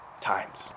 times